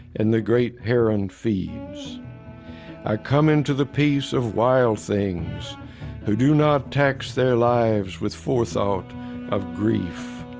and the great heron feeds i come into the peace of wild things who do not tax their lives with forethought of grief.